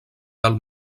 del